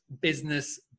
business